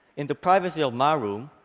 in the privacy of my room,